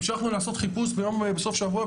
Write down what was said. המשכנו לעשות חיפוש בסוף שבוע,